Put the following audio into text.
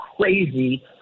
crazy